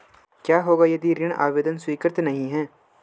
क्या होगा यदि ऋण आवेदन स्वीकृत नहीं है?